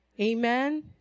Amen